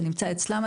זה נמצא כרגע אצלם,